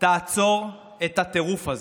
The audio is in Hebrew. תעצור את הטירוף הזה,